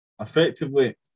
effectively